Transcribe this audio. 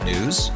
News